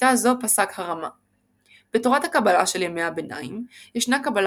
כשיטה זו פסק הרמ"א בתורת הקבלה של ימי הביניים ישנה קבלה